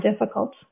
difficult